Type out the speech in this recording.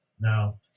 Now